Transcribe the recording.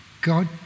God